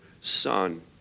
son